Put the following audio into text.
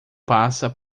passa